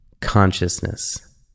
consciousness